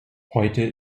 heute